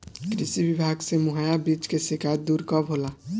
कृषि विभाग से मुहैया बीज के शिकायत दुर कब होला?